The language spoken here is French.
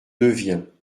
deviens